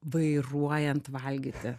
vairuojant valgyti